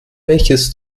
welches